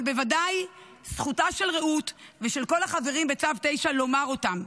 אבל בוודאי שזכותה של רעות ושל כל החברים בצו 9 לומר אותם,